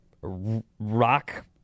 rock